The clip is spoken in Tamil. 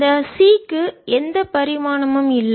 இந்த C க்கு எந்த பரிமாணமும் இல்லை